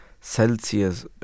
Celsius